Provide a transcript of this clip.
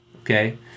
Okay